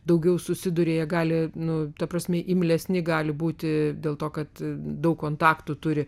daugiau susiduria gali nu ta prasme imlesni gali būti dėl to kad daug kontaktų turi